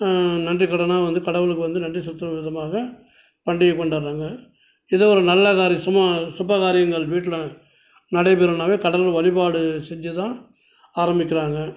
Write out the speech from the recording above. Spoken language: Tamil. நன்றிக்கடனாக வந்து கடவுளுக்கு வந்து நன்றி செலுத்தும் விதமாக பண்டிகை கொண்டாடுறாங்க இதை ஒரு நல்ல காரியம் சுமா சுபகாரியங்கள் வீட்டில் நடைபெறுன்னாவே கடவுள் வழிபாடு செஞ்சு தான் ஆரம்பிக்கிறாங்க